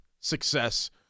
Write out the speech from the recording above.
success